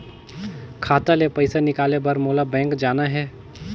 खाता ले पइसा निकाले बर मोला बैंक जाना हे?